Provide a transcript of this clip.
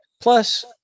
Plus